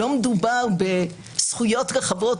לא מדובר בזכויות רחבות.